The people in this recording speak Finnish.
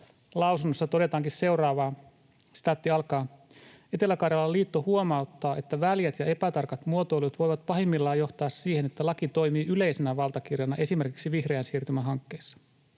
lausunnossa todetaankin seuraavaa: ”Etelä-Karjalan liitto huomauttaa, että väljät ja epätarkat muotoilut voivat pahimmillaan johtaa siihen, että laki toimii yleisenä valtakirjana esimerkiksi vihreän siirtymän hankkeissa.